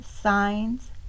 signs